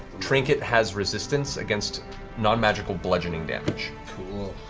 trinket has resistance against non-magical bludgeoning damage.